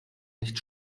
nicht